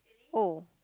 oh